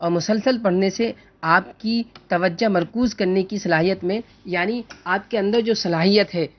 اور مسلسل پڑھنے سے آپ کی توجہ مرکوز کرنے کی صلاحیت میں یعنی آپ کے اندر جو صلاحیت ہے